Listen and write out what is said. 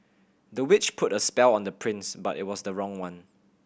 the witch put a spell on the prince but it was the wrong one